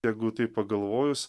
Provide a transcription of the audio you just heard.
jeigu tai pagalvojus